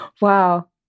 Wow